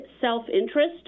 self-interest